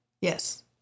Yes